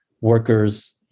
workers